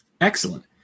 excellent